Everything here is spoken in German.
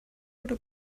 oder